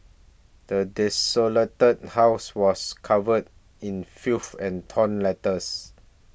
the desolated house was covered in filth and torn letters